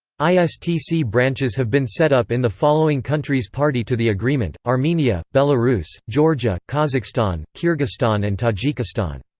istc branches have been set up in the following countries party to the agreement armenia, belarus, georgia, kazakhstan, kyrgyzstan and tajikistan.